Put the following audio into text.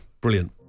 brilliant